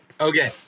Okay